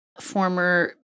former